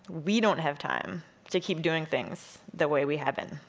we don't have time to keep doing things the way we have been.